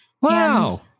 Wow